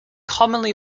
commonly